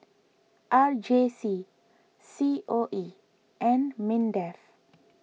R J C C O E and Mindef